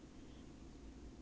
pharmacy right